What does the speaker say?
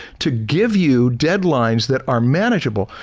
to give you deadlines that are manageable.